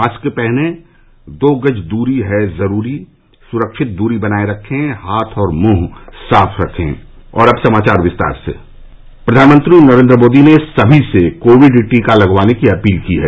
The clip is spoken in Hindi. मास्क पहनें दो गज दूरी है जरूरी सुरक्षित दूरी बनाये रखें हाथ और मुंह साफ रखें प्रधानमंत्री नरेन्द्र मोदी ने सभी से कोविड टीका लगवाने की अपील की है